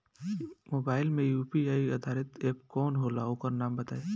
Mobile म UPI आधारित app कौन होला ओकर नाम बताईं?